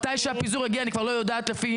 מתי שהפיזור יגיע אני כבר לא יודעת לפי